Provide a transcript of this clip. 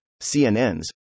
CNNs